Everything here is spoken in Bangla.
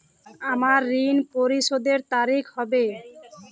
আমার ঋণ পরিশোধের তারিখ কবে?